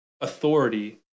authority